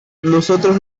nosotros